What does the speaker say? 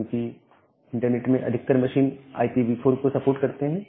क्योंकि इंटरनेट में अधिकतर मशीन IPv4 को सपोर्ट करते हैं